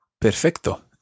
Perfecto